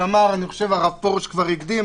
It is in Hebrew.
אני חושב שהרב פרוש כבר הקדים,